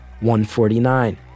149